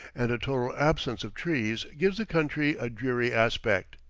and a total absence of trees gives the country a dreary aspect.